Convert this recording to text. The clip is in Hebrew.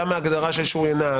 גם ההגדרה של שוריינה,